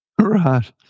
right